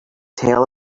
tell